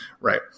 right